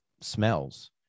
smells